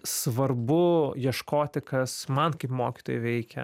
svarbu ieškoti kas man kaip mokytojui veikia